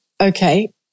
okay